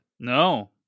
No